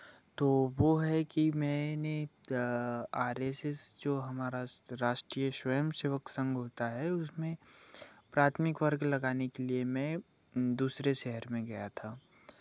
तो वो है कि मैंने आर एस एस जो हमारा राष्ट्रीय स्वयं सेवक संघ होता है उसमें प्राथमिक वर्ग लगाने के लिए मैं दूसरे शहर में गया था